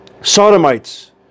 Sodomites